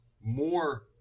more